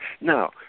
Now